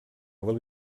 will